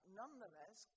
nonetheless